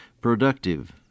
productive